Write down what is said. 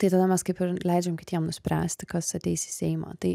tai tada mes kaip ir leidžiam kitiem nuspręsti kas ateis į seimą tai